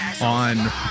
on